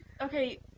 okay